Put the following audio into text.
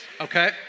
okay